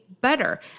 better